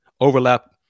overlap